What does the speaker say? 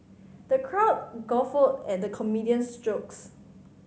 the crowd guffawed at the comedian's jokes